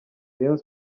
rayons